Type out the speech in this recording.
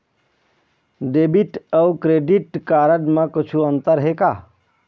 Debit अऊ credit card म कुछू अंतर हे का?